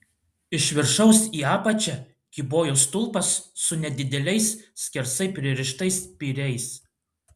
iš viršaus į apačią kybojo stulpas su nedideliais skersai pririštais spyriais